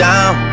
Down